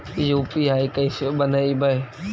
UPI कैसे बनइबै?